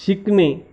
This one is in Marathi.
शिकणे